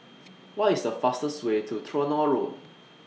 What IS The fastest Way to Tronoh Road